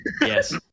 Yes